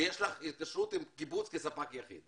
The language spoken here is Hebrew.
שיש לך התקשרות עם קיבוץ כספק יחיד.